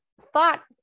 thought